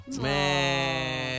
Man